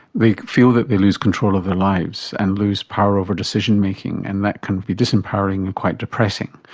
they feel that they lose control of their lives and lose power over decision-making and that can be disempowering and quite depressing.